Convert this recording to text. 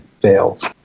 fails